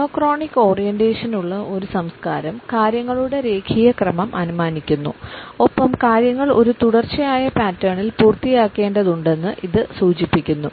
monochronic orientation ഉള്ള ഒരു സംസ്കാരം കാര്യങ്ങളുടെ രേഖീയ ക്രമം അനുമാനിക്കുന്നു ഒപ്പം കാര്യങ്ങൾ ഒരു തുടർച്ചയായ പാറ്റേണിൽ പൂർത്തിയാക്കേണ്ടതുണ്ടെന്ന് ഇത് സൂചിപ്പിക്കുന്നു